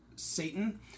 Satan